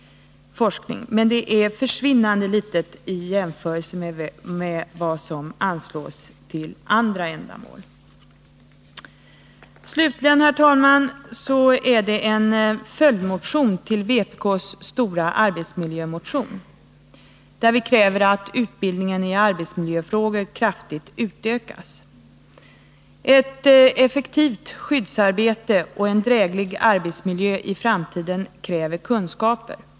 Men det stödet är försvinnande litet i jämförelse med vad som anslås till andra ändamål. Slutligen, herr talman, vill jag ta upp en följdmotion till vpk:s stora arbetsmiljömotion. I den kräver vi att utbildningen i arbetsmiljöfrågor kraftigt utökas. Ett effektivt skyddsarbete och en dräglig arbetsmiljö i framtiden kräver kunskaper.